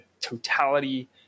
totality